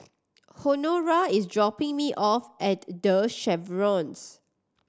Honora is dropping me off at The Chevrons